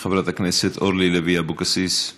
חברת הכנסת אורלי לוי אבקסיס,